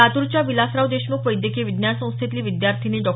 लातूरच्या विलासराव देशमुख वैद्यकीय विज्ञान संस्थेतली विद्यार्थीनी डॉ